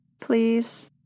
please